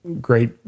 great